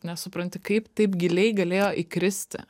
nesupranti kaip taip giliai galėjo įkristi